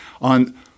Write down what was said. on